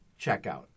checkout